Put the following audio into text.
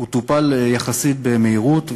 הוא טופל יחסית במהירות,